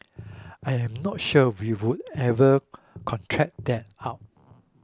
I am not sure we would ever contract that out